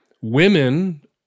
women